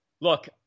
look